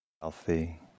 healthy